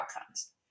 outcomes